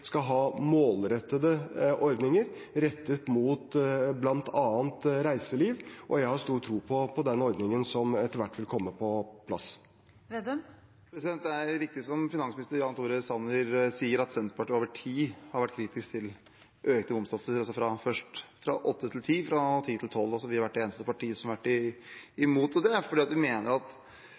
skal ha målrettede ordninger rettet mot bl.a. reiseliv, og jeg har stor tro på den ordningen som etter hvert vil komme på plass. Det er riktig som finansminister Jan Tore Sanner sier, at Senterpartiet over tid har vært kritisk til økte momssatser, altså først fra åtte til ti og så fra ti til tolv. Vi har vært det eneste partiet som har vært imot det, og det er fordi vi mener at